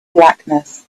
blackness